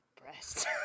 Breast